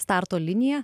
starto liniją